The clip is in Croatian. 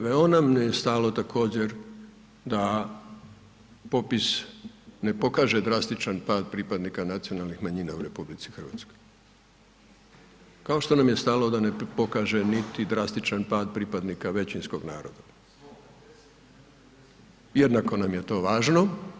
Veoma nam je stalo također da popis ne pokaže drastičan pad pripadnika nacionalnih manjina u RH, kao što nam je stalo da ne pokaže niti drastičan pad pripadnika većinskog naroda, jednako nam je to važno.